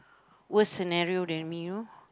worse scenario than me you know